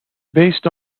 based